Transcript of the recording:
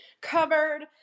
covered